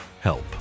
help